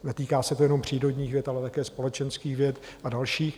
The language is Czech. Netýká se to jenom přírodních věd, ale také společenských věd a dalších.